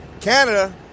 Canada